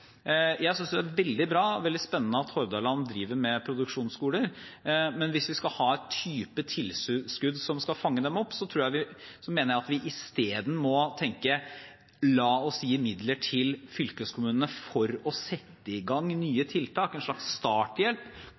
Jeg synes det er veldig bra og veldig spennende at Hordaland driver med produksjonsskoler, men hvis vi skal ha en type tilskudd som skal fange dem opp, mener jeg at vi isteden må tenke: La oss gi midler til fylkeskommunene til å sette i gang nye tiltak, en slags starthjelp,